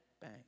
Bang